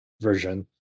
version